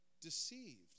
deceived